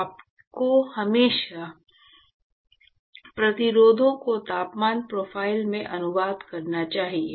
तो आपको हमेशा प्रतिरोधों को तापमान प्रोफ़ाइल में अनुवाद करना चाहिए